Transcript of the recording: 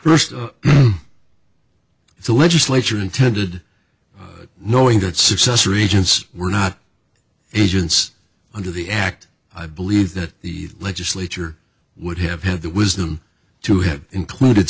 of the legislature intended knowing that successor agents were not agents under the act i believe that the legislature would have had the wisdom to have included